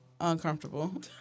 uncomfortable